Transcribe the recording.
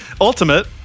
ultimate